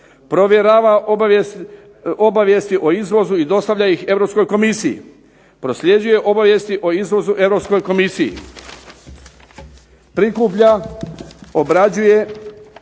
provjerava obavijesti o izvozu i dostavlja ih Europskoj Komisiji, prosljeđuje obavijesti o izvozu Europskoj Komisiji, prikuplja, obrađuje